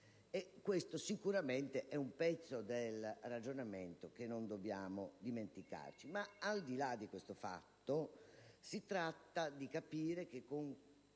Questa sicuramente è una parte del ragionamento che non dobbiamo dimenticare. Al di là di questo fatto, si tratta di capire che con